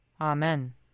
Amen